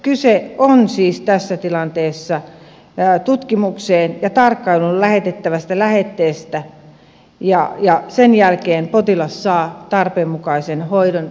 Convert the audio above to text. kyse on siis tässä tilanteessa tutkimukseen ja tarkkailuun lähetettävän lähetteestä ja sen jälkeen potilas saa tarpeen mukaisen hoidon itselleen